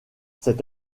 cet